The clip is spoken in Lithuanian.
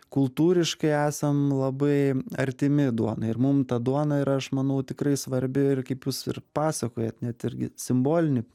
kultūriškai esam labai artimi duona ir mum ta duona ir aš manau tikrai svarbi ir kaip jūs ir pasakojat net irgi simbolinį